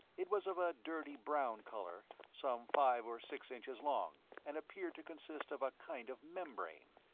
it was of a dirty brown colour, some five or six inches long, and appeared to consist of a kind of membrane.